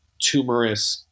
tumorous